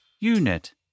Unit